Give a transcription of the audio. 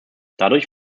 dadurch